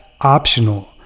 optional